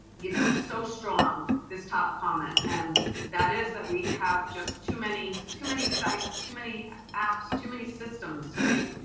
you know so strong, this top comment, and that is that we have just too many too many sites, too many apps, too many systems, right?